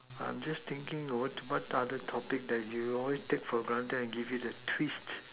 I'm just thinking a word to what other topic you always take for granted and give it a twist